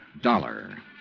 Dollar